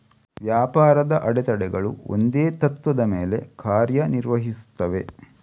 ವ್ಯಾಪಾರದ ಅಡೆತಡೆಗಳು ಒಂದೇ ತತ್ತ್ವದ ಮೇಲೆ ಕಾರ್ಯ ನಿರ್ವಹಿಸುತ್ತವೆ